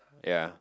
ya